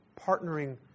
partnering